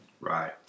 Right